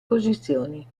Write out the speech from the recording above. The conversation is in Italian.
posizioni